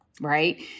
right